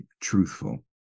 truthful